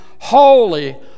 Holy